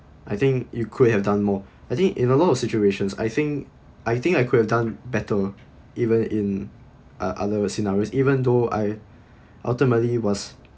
I think you could have done more I think in a lot of situations I think I think I could have done better even in oth~ other scenarios even though I ultimately was